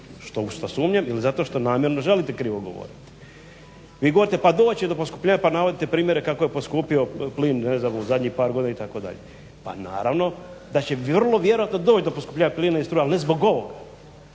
što u to sumnjam ili zato što namjerno želite krivo govoriti. Vi govorite pa doć će do poskupljenja, pa navodite primjere kako je poskupio plin ne znam u zadnjih par godina itd. Pa naravno da će vrlo vjerojatno doći do poskupljenja plina i struje ali ne zbog ovog.